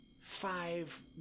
five